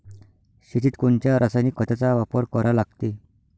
शेतीत कोनच्या रासायनिक खताचा वापर करा लागते?